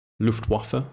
luftwaffe